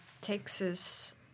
Texas